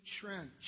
Trench